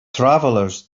travelers